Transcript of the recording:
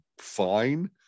fine